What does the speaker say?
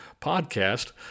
podcast